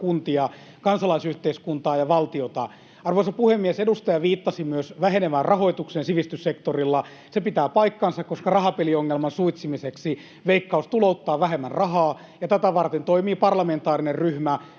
kuntia, kansalaisyhteiskuntaa ja valtiota. Arvoisa puhemies! Edustaja viittasi myös vähenevään rahoitukseen sivistyssektorilla. Se pitää paikkansa, koska rahapeliongelman suitsimiseksi Veikkaus tulouttaa vähemmän rahaa, ja tätä varten toimii parlamentaarinen ryhmä.